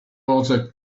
water